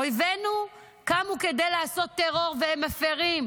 אויבינו קמו לעשות טרור והם מפירים